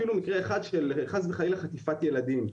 אפילו מקרה אחד של חס וחלילה חטיפת ילדים.